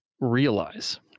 realize